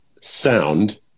sound